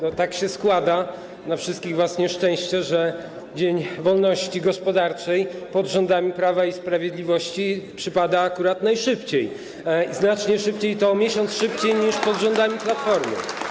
No tak się składa, na wasze wszystkich nieszczęście, że dzień wolności gospodarczej pod rządami Prawa i Sprawiedliwości przypada akurat najszybciej, znacznie szybciej, o miesiąc szybciej niż pod rządami Platformy.